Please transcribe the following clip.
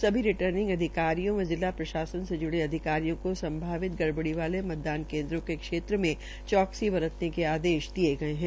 सभी रिटर्निंग व जिला प्रशासन से जूड़े अधिकारियों को संभावित गड़बड़ी वाले मतदान केन्द्रों के क्षेत्रों में चौकसी बरतने के आदेश दिये गये है